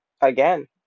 again